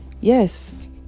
Yes